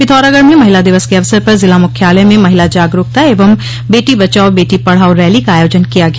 पिथौरागढ़ में महिला दिवस के अवसर जिला मुख्यालय में महिला जागरूकता एवं बेटी बचाओं बेटी पढ़ाओं रैली का आयोजन किया गया